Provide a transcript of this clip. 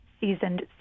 seasoned